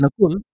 Nakul